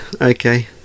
okay